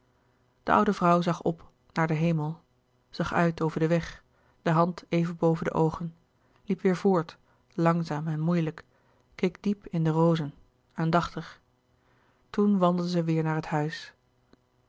de oude vrouw zag op naar den hemel zag uit over den weg de hand even boven de oogen liep weêr voort langzaam en moeilijk keek diep in de rozen aandachtig toen wandelde zij weêr naar het huis